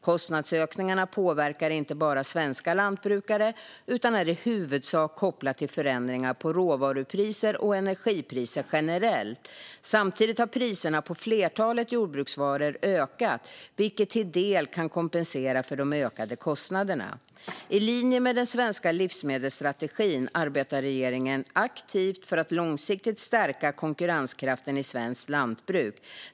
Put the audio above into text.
Kostnadsökningarna påverkar inte bara svenska lantbrukare utan är i huvudsak kopplade till förändringar på råvarupriser och energipriser generellt. Samtidigt har priserna på flertalet jordbruksvaror ökat, vilket till del kan kompensera för de ökade kostnaderna. I linje med den svenska livsmedelsstrategin arbetar regeringen aktivt för att långsiktigt stärka konkurrenskraften i svenskt lantbruk.